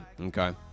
Okay